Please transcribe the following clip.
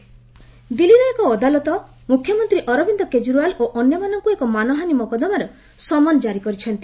court Kejriwal ଦିଲ୍ଲୀରେ ଏକ ଅଦାଲତ ମୁଖ୍ୟମନ୍ତ୍ରୀ ଅରବିନ୍ଦ କେଜିରିୱାଲ ଓ ଅନ୍ୟମାନଙ୍କୁ ଏକ ମାନହାନୀ ମକଦ୍ଦମାରେ ସମନ ଜାରି କରିଛନ୍ତି